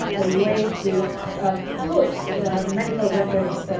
a way to ah put medical records,